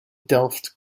delft